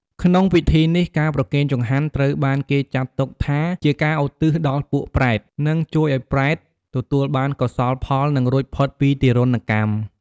ក្នុងពិធីនេះ ការប្រគេនចង្ហាន់ត្រូវបានគេចាត់ទុកថាជាការឧទ្ទិសដល់ពួកប្រេត និងជួយឲ្យប្រេតទទួលបានកោសលផល និងរួចផុតពីទារុណកម្ម។